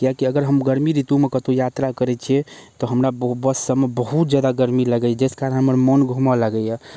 किएक कि अगर हम गर्मी ऋतुमे कतौ यात्रा करै छियै तऽ हमरा बस सबमे बहुत जादा गर्मी लगैए जैसँ कारण हमर मन घुमऽ लागैए